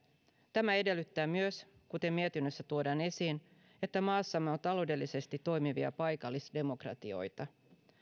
tämä edellyttää myös kuten mietinnössä tuodaan esiin että maassamme on taloudellisesti toimivia paikallisdemokratioita